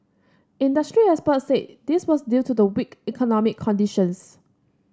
industry experts said this was due to the weak economic conditions